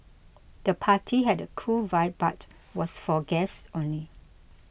the party had a cool vibe but was for guests only